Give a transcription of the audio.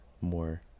more